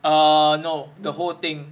err no the whole thing